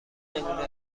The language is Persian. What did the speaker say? نمونه